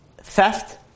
theft